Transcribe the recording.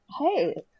Hey